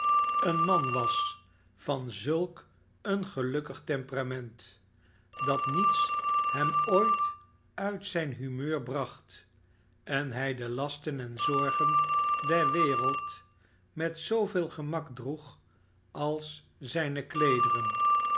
een man was van zulk een gelukkig temperament dat niets hem ooit uit zijn humeur bracht en hij de lasten en zorgen der wereld met zooveel gemak droeg als zijne